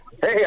Hey